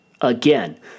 Again